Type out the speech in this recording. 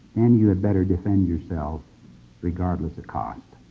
then you better defend yourself regardless of cost!